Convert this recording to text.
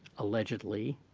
allegedly,